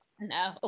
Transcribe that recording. No